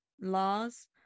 laws